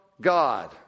God